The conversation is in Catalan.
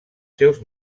seus